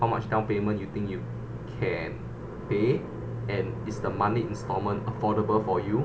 how much down payment you think you can pay and is the money installment affordable for you